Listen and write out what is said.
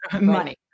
money